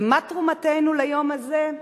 ומה תרומתנו ליום הזה?